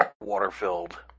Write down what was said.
water-filled